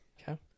Okay